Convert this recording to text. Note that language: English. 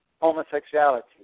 homosexuality